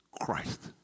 Christ